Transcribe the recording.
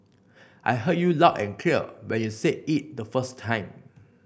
I heard you loud and clear when you said it the first time